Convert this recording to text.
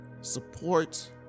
support